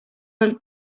del